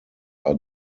are